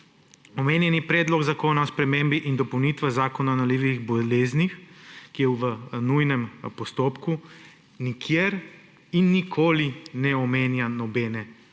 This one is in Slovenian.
omenjeni Predlog zakona o spremembah in dopolnitvah Zakona o nalezljivih boleznih, ki je v nujnem postopku, nikjer in nikoli ne omenja nobene